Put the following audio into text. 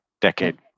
decade